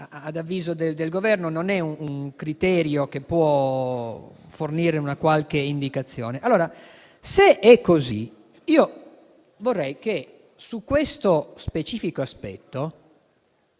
ad avviso del Governo, non è un criterio che può fornire una qualche indicazione. Allora, se è così, vorrei che su questo specifico aspetto